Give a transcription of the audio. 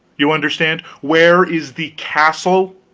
you understand where is the castle?